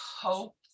hope